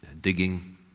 digging